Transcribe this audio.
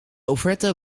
offerte